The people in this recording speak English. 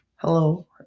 Hello